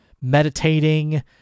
meditating